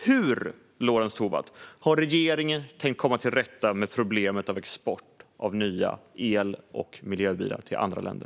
Hur, Lorentz Tovatt, har regeringen tänkt komma till rätta med problemet med export av nya el och miljöbilar till andra länder?